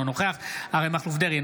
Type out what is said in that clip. אינו נוכח אריה מכלוף דרעי,